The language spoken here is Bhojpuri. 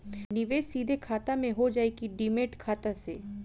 निवेश सीधे खाता से होजाई कि डिमेट खाता से?